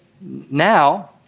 now